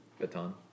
baton